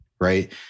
right